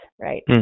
right